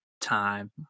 time